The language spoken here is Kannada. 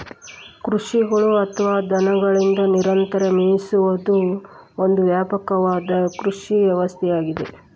ಕುರಿಗಳು ಅಥವಾ ದನಗಳಿಂದ ನಿರಂತರ ಮೇಯಿಸುವುದು ಒಂದು ವ್ಯಾಪಕವಾದ ಕೃಷಿ ವ್ಯವಸ್ಥೆಯಾಗಿದೆ